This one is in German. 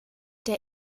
der